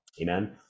Amen